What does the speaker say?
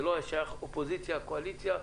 זה לא שייך אופוזיציה, קואליציה.